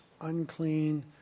unclean